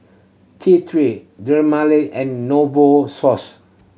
T Three Dermale and Novosource